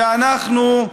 כי אנחנו,